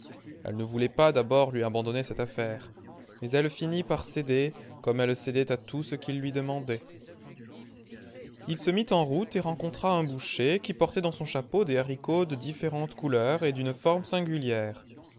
elle ne voulait pas d'abord lui abandonner cette affaire mais elle finit par céder comme elle cédait à tout ce qu'il lui demandait il se mit en route et rencontra un boucher qui portait dans son chapeau des haricots de différentes couleurs et d'une forme singulière